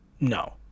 No